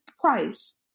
price